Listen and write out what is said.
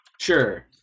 Sure